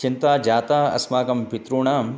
चिन्ता जाता अस्माकं पितॄणाम्